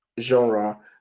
genre